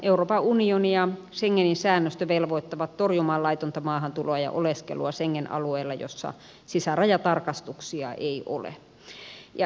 euroopan unioni ja schengenin säännöstö velvoittavat torjumaan laitonta maahantuloa ja oleskelua schengen alueella jossa sisärajatarkastuksia ei ole